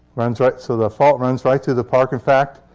runs right so the fault runs right through the park. in fact,